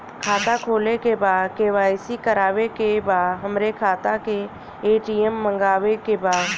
खाता खोले के बा के.वाइ.सी करावे के बा हमरे खाता के ए.टी.एम मगावे के बा?